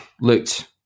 looked